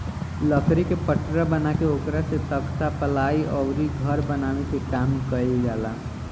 लकड़ी के पटरा बना के ओकरा से तख्ता, पालाइ अउरी घर बनावे के काम कईल जाला